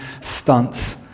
stunts